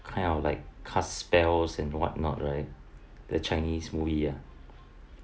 kind of like cast spells and what not right the chinese movie ah